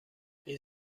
این